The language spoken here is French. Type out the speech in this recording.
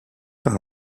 par